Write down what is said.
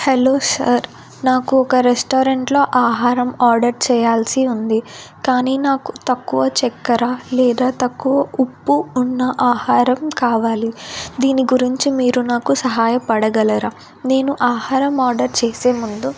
hello sir నాకు ఒక రెస్టారెంట్లో ఆహారం ఆర్డర్ చేయాల్సి ఉంది కానీ నాకు తక్కువ చక్కెర లేదా తక్కువ ఉప్పు ఉన్న ఆహారం కావాలి దీని గురించి మీరు నాకు సహాయపడగలరా నేను ఆహారం ఆర్డర్ చేసే ముందు